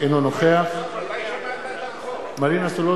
אינו נוכח אנשים לרחוב, ראש הממשלה.